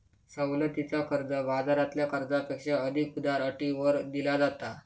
सवलतीचा कर्ज, बाजारातल्या कर्जापेक्षा अधिक उदार अटींवर दिला जाता